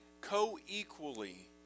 co-equally